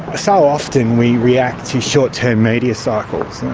ah so often we react to short-term media cycles.